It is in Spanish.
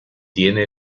tiene